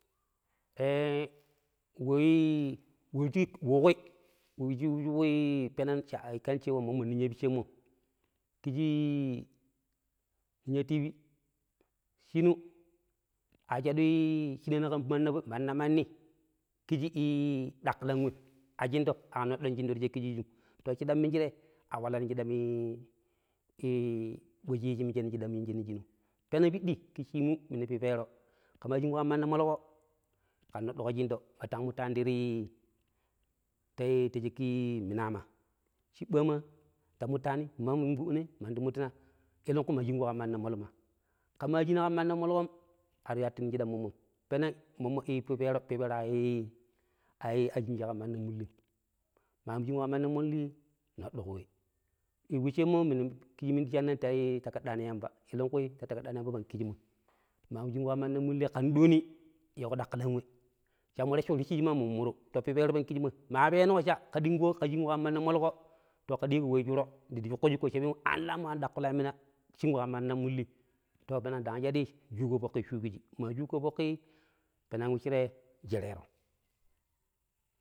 ﻿ Wu shig wu ƙwii, ii penan akan cewa mommo ninya piccemmom, ƙiji ninya tivi shinu a shaɗui shinaani ƙan gɓulle manna manni ƙiji a ɗaƙiilan wem ashinɗom a noɗɗan shinɗo ta shaƙƙi shiijim shiɗam minje a walam i-i we shi yiiji nong shiɗam wemmije, shi yiiji nong shinum. Peneng piɗɗi ƙiji shiimu minu pipeero. ƙe maa shingƙo ƙan manna molƙo ƙe noɗɗu ƙo shinɗo mara tang muttaani tii ta shaƙƙi mimaama, chiɓɓaama ta muttani, ma ma mungɓuɗɗina mandi muttuna eleƙui ma shingƙo ƙan manna molma. ƙe maa shinna ƙan manna molƙom, ar wattu nong shiɗɗam mommo peneng mommo pipeero, pipeero ashinji ƙan manna mullim. Maamu shngƙo ƙan manna mulli noɗɗuƙo we. I woccemmo ƙijii minu shannan ta taƙaɗɗaano yamba. Eleƙui ta takaɗɗaano yamba pang ƙijimoi. Maamu shingƙo ƙan manna mulli kan ɗooni yiiƙo ɗakilan we. Cha mu recco-ricciji maa mun muru to, pipeero pang ƙijimoi, maa peenuƙo cha ƙe shingƙo ƙan manna molƙo, to, ke ɗiiƙo wu shuro ndi shoƙƙo shiƙƙo cha, aano an lammo an daƙilaamina, shingƙo ƙan manna mulli, to, peneng ndang shaɗi nshuuƙo foƙƙi shuuƙuji, maa shuuƙo foƙƙi peneng wuccire nshereero.